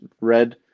red